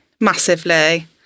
Massively